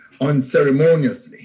unceremoniously